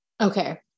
okay